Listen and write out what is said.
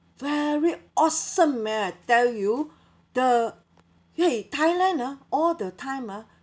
very awesome man I tell you the !hey! thailand ah all the time ah